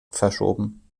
verschoben